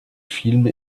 films